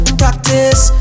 practice